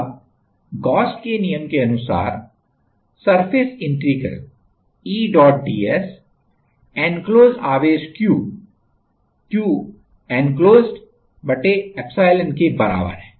अब गॉस के नियम के अनुसार surface integral E dot ds enclosed आवेश Q Qenclosedepsilon के बराबर है